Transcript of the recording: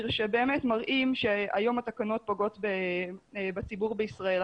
שבאמת מראים שהיום התקנות פוגעות בציבור בישראל.